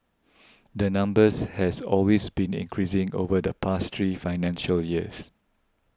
the numbers has always been increasing over the past three financial years